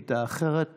(קוראת בשמות חברי הכנסת)